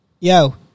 Yo